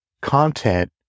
content